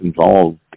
involved